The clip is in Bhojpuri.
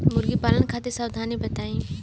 मुर्गी पालन खातिर सावधानी बताई?